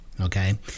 okay